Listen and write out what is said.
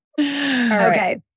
Okay